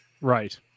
Right